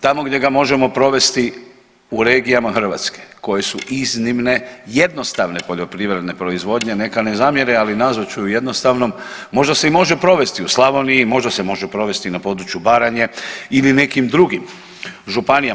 Tamo gdje ga možemo provesti u regijama Hrvatske koje su iznimne jednostavne poljoprivredne proizvodnje neka ne zamjere ali nazvat ću ju jednostavnom možda se i može provesti u Slavoniji, možda se može provesti na području Baranje ili nekim drugim županijama.